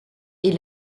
est